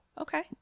okay